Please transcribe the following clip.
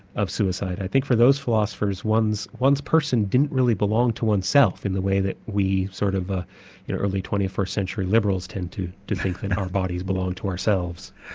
of suicide. i think for those philosophers one's one's person didn't really belong to oneself in the way that we sort of ah you know twenty first century liberals tend to to think that our bodies belong to ourselves.